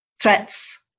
threats